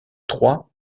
trois